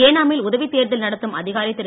ஏனாமில் உதவித் தேர்தல் நடத்தும் அதிகாரி திரு